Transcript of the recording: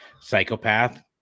Psychopath